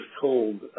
told